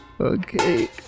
okay